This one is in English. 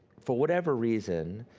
for whatever reason,